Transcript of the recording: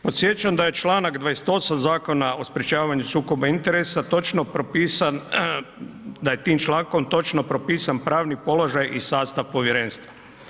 Podsjećam da je čl. 28 Zakona o sprječavanju sukoba interesa, točno propisan da je tim člankom točno propisan pravni položaj i sastav povjerenstva.